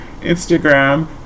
Instagram